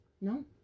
No